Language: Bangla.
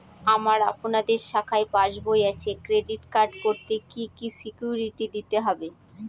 আমার আপনাদের শাখায় পাসবই আছে ক্রেডিট কার্ড করতে কি কি সিকিউরিটি দিতে হবে?